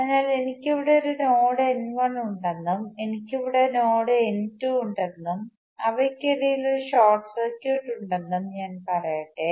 അതിനാൽ എനിക്ക് ഇവിടെ ഒരു നോഡ് n1 ഉണ്ടെന്നും എനിക്ക് ഇവിടെ നോഡ് n2 ഉണ്ടെന്നും അവയ്ക്കിടയിൽ ഒരു ഷോർട്ട് സർക്യൂട്ട് ഉണ്ടെന്നും ഞാൻ പറയട്ടെ